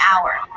hour